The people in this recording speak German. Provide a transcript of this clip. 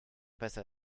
besser